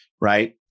right